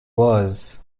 was